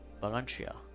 Valencia